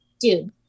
dude